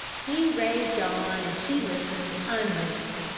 he raved on, and she listened unmoved.